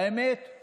והאמת היא